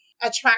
attract